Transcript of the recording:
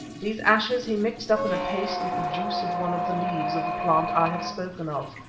these ashes he mixed up in a paste with the juice of one of the leaves of the plant i have spoken of.